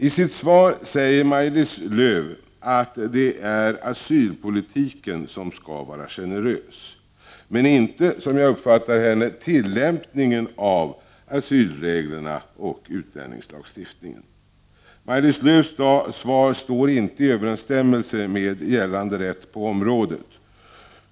I sitt svar säger Maj-Lis Lööw att asylpolitiken skall vara generös, men inte så som jag uppfattar henne, tillämpningen av asylreglerna och utlänningslagstiftningen. Maj-Lis Lööws svar står inte i överensstämmelse med gällande rätt på området.